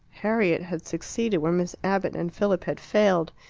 harriet had succeeded where miss abbott and philip had failed.